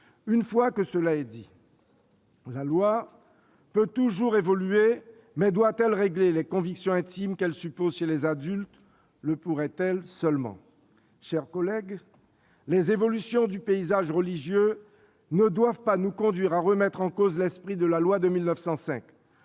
Une fois cela dit, la loi peut toujours évoluer, mais doit-elle régler les convictions intimes qu'elle suppose chez les adultes ? Le pourrait-elle seulement ? Mes chers collègues, les évolutions du paysage religieux ne doivent pas nous conduire à remettre en cause l'esprit de la loi de 1905.